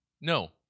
No